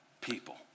people